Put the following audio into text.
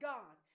God